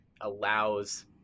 allows